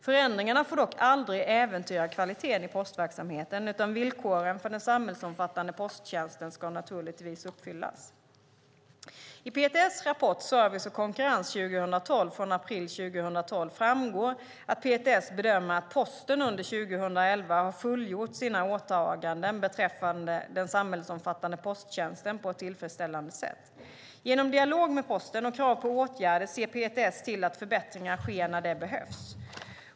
Förändringarna får dock aldrig äventyra kvaliteten i postverksamheten, utan villkoren för den samhällsomfattande posttjänsten ska naturligtvis uppfyllas. I PTS rapport Service och konkurrens 2012 från april 2012 framgår att PTS bedömer att Posten under 2011 har fullgjort sina åtaganden beträffande den samhällsomfattande posttjänsten på ett tillfredställande sätt. Genom dialog med Posten och krav på åtgärder ser PTS till att förbättringar sker när det behövs.